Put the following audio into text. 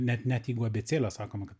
net net jeigu abėcėlę sakoma kad